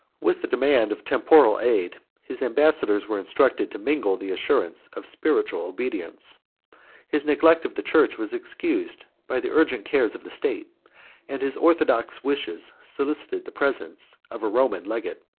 with the demand of temporal aid, his ambassadors were instructed to mingle the assurance of spiritual obedience his neglect of the church was excused by the urgent cares of the state and his orthodox wishes solicited the presence of a roman legate.